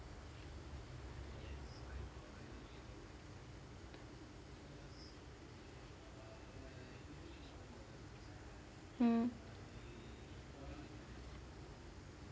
mm